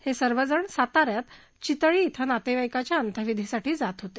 हे सर्वजण साताऱ्यात चितळी इथं एका नातेवाईकाच्या अंत्यविधीसाठी जात होते